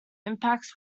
impacts